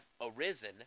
arisen